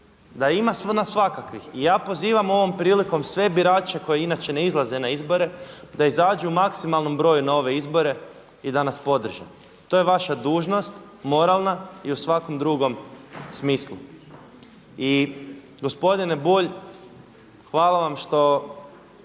da ima nas svakakvih. I ja pozivam ovom prilikom sve birače koji inače ne izlaze na izbore da izađu u maksimalnom borju na ove izbore i da nas podrže. To je vaša dužnost moralna i u svakom drugom smislu. I gospodine Bulj, hvala vam što